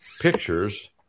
pictures